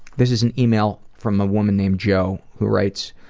this is an email from a woman named jo who writes,